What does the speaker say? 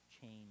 change